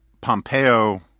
Pompeo